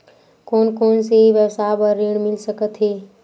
कोन कोन से व्यवसाय बर ऋण मिल सकथे?